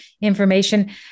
information